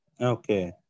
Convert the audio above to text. Okay